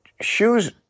shoes